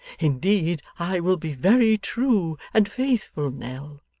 indeed, i will be very true and faithful, nell